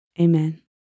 Amen